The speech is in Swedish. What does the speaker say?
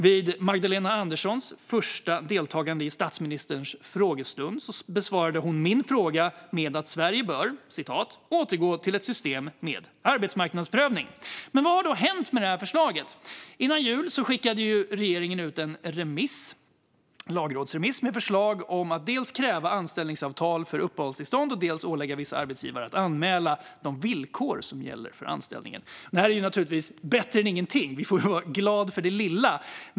Vid Magdalena Anderssons första deltagande i statsministerns frågestund besvarade hon min fråga med att Sverige "bör återgå till ett system med arbetsmarknadsprövning". Vad har då hänt med det här förslaget? Innan jul skickade regeringen ut en lagrådsremiss med förslag om att dels kräva anställningsavtal för uppehållstillstånd, dels ålägga vissa arbetsgivare att anmäla de villkor som gäller för anställningen. Det här är naturligtvis bättre än ingenting. Man får vara glad för det lilla.